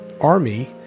army